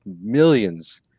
millions